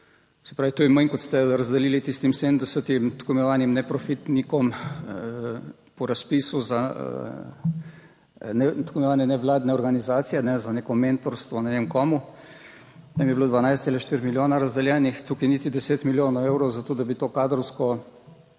se pravi, to je manj, kot ste razdelili tistim 70-im tako imenovanim neprofitnikom po razpisu za tako imenovane nevladne organizacije za neko mentorstvo, ne vem komu, tam je bilo 12,4 milijona razdeljenih, tukaj niti deset milijonov evrov za to, da bi to kadrovsko,